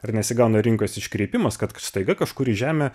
ar nesigauna rinkos iškreipimas kad staiga kažkur į žemę